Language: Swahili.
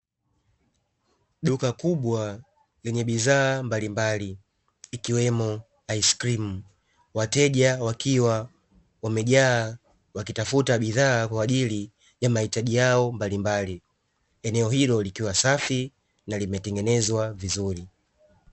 Duka kubwa lenye bidhaa mbalimbali, ikiwemo aiskrimu. Wateja wakiwa wamejaa, wakitafuta bidhaa kwa ajili ya mahitaji yao mbalimbali. Eneo hilo likiwa safi na limetengenezwa vizuri.